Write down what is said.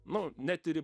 nu net ir